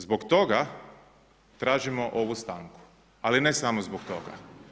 Zbog toga tražimo ovu stanku, ali i ne samo zbog toga.